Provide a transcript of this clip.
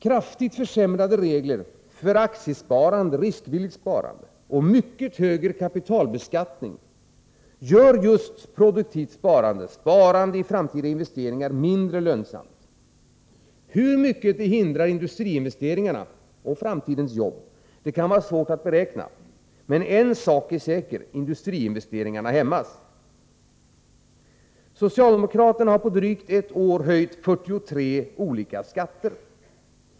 Kraftigt försämrade regler för aktiesparande och riskvilligt sparande och mycket högre kapitalbeskattning gör just produktivt sparande och sparande i framtida investeringar mindre lönsamt. Hur mycket det hindrar industriinvesteringarna och framtidens jobb kan vara svårt att beräkna. Men en sak är säker: Industriinvesteringarna hämmas. Socialdemokraterna har på drygt ett år höjt 43 olika skatter.